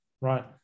right